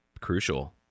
crucial